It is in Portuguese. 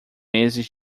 meses